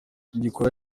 gikora